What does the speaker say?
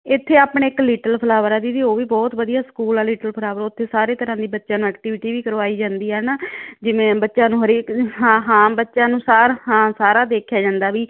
ਇੱਥੇ ਆਪਣੇ ਇੱਕ ਲੀਟਲ ਫਲਾਵਰ ਆ ਦੀਦੀ ਉਹ ਵੀ ਬਹੁਤ ਵਧੀਆ ਸਕੂਲ ਆ ਲਿਟਲ ਫਲਾਵਰ ਉੱਥੇ ਸਾਰੇ ਤਰ੍ਹਾਂ ਦੀ ਬੱਚਿਆਂ ਨੂੰ ਐਕਟੀਵਿਟੀ ਵੀ ਕਰਵਾਈ ਜਾਂਦੀ ਹੈ ਨਾ ਜਿਵੇਂ ਬੱਚਿਆਂ ਨੂੰ ਹਰੇਕ ਹਾਂ ਹਾਂ ਬੱਚਿਆਂ ਨੂੰ ਸਾਰਾ ਹਾਂ ਸਾਰਾ ਦੇਖਿਆ ਜਾਂਦਾ ਵੀ